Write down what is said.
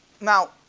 Now